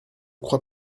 crois